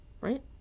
Right